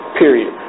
period